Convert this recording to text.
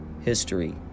history